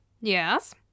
Yes